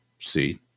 see